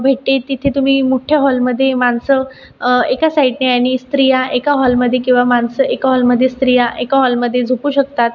भेटते तिथे तुम्ही मोठ्या हॉलमध्ये माणसं एका साईडने आणि स्रिया एका हॉलमध्ये किंवा माणसं एका हॉलमध्ये स्त्रिया एका हॉलमध्ये झोपू शकतात